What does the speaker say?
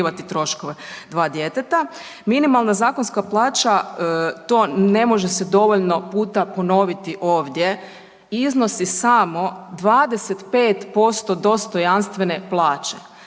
Minimalna zakonska plaća to ne može se dovoljno puta ponoviti ovdje iznosi samo 25% dostojanstvene plaće,